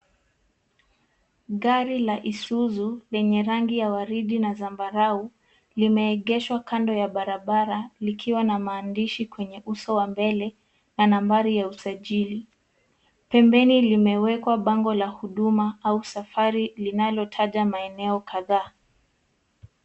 Gari la isuzu lenye rangi ya waridi na zambarau limeegeshwa kando ya barabara likiwa na maandishi kwenye uso wa mbele na nambari ya usajili. pembeni limewekwa bango la huduma au safari linalotaja maeneo kadhaa.